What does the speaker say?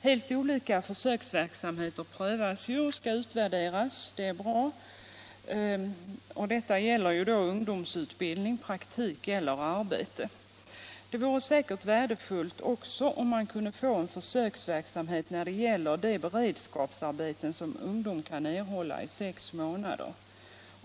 Helt olika försöksverksamheter prövas och skall utvärderas när det gäller ungdomsutbildning och praktik eller arbete, och det är bra. Det vore säkerligen också värdefullt med en försöksverksamhet när det gäller de beredskapsarbeten som ungdom kan erhålla i sex månander.